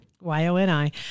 Y-O-N-I